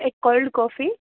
એક cold coffee